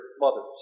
mothers